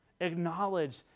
Acknowledge